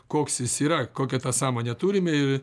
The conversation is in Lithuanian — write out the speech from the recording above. koks jis yra kokią tą sąmonę turime